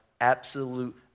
absolute